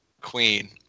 Queen